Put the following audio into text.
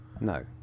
No